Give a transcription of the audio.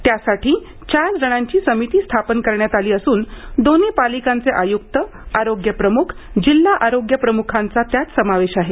यासाठी चार जणांची समिती स्थापन करण्यात आली असून दोन्ही पालिकांचे आय़्क्त आरोग्य प्रमुख जिल्हा आरोग्य प्रमुखांचा त्यात समावेश आहे